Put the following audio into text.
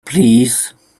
please